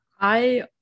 I-